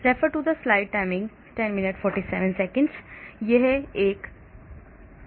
यह COSMOS NR है